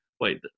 wait